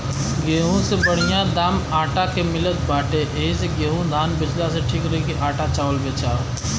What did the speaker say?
गेंहू से बढ़िया दाम आटा के मिलत बाटे एही से गेंहू धान बेचला से ठीक रही की आटा चावल बेचा